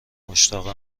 مشتاق